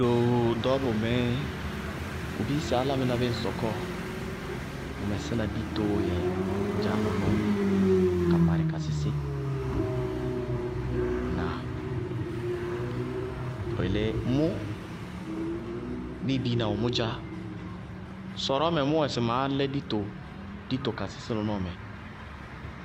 Doo ɖɔɔbɔ mɛ bʋ bisí álámɩná bíɩ ŋ sɔkɔɔ, bʋ bisí ditoó yɛ ŋ dzaá nɔnɔɔmɛ ka marɩ ka sísí. Ŋnáa? Bʋ yelé mʋ ñŋ biina wɛ mʋ dzá, sɔrɔɔmɛ mʋ wɛ sɩ maá lɛ dito ka sísí bʋʋlɛ,